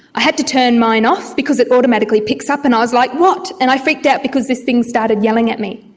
i had to turn mine off because it automatically picks up, and i was like, what? and i freaked out because this thing started yelling at me.